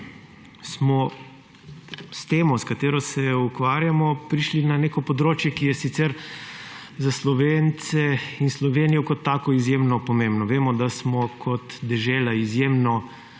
smo s temo, s katero se ukvarjamo, prišli na neko področje, ki je sicer za Slovence in Slovenijo kot tako izjemno pomembno. Vemo, da smo kot dežela izjemno